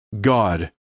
God